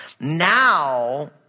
now